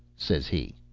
says he.